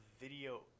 video